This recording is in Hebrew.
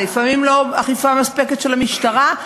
לפעמים לא אכיפה מספקת של המשטרה,